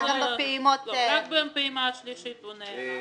רק בפעימה השלישית הוא נעצר.